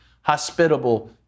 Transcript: hospitable